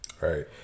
Right